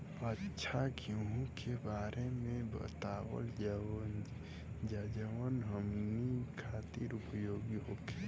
अच्छा गेहूँ के बारे में बतावल जाजवन हमनी ख़ातिर उपयोगी होखे?